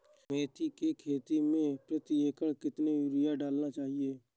मेथी के खेती में प्रति एकड़ कितनी यूरिया डालना चाहिए?